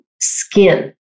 skin